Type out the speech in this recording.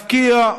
להפקיע,